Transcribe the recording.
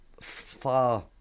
Far